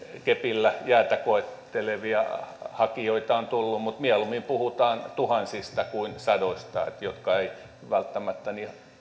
kepillä jäätä koettelevia hakijoita on tullut mutta mieluummin puhutaan tuhansista kuin sadoista jotka eivät välttämättä